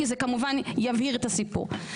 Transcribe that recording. כי זה כמובן יבהיר את הסיפור.